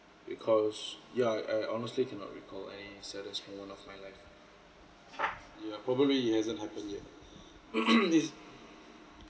because yeah I honestly cannot recall any saddest moment lah of my life yeah probably it hasn't happen yeah it's